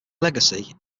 legacy